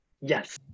Yes